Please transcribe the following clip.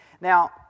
Now